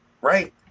Right